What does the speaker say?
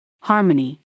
Harmony